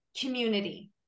community